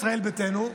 מישראל ביתנו,